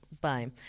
Bye